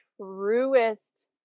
truest